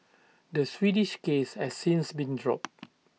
the Swedish case has since been dropped